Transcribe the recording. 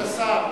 כבוד השר,